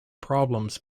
problems